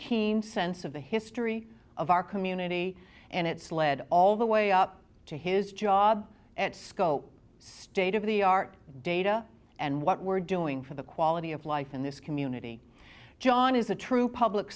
keen sense of the history of our community and it's led all the way up to his job at cisco state of the art data and what we're doing for the quality of life in this community john is a true public